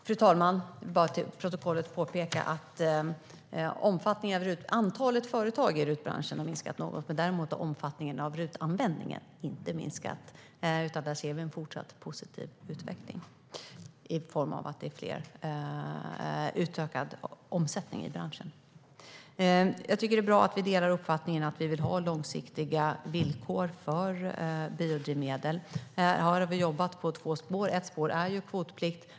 Fru talman! Jag vill för protokollet påpeka att antalet företag i RUT-branschen har minskat något. Däremot har omfattningen av RUT-användningen inte minskat, utan här ser vi en fortsatt positiv utveckling i form av ökad omsättning i branschen. Det är bra att vi delar uppfattningen att vi vill ha långsiktiga villkor för biodrivmedel. Här har vi jobbat med två spår. Ett spår är kvotplikt.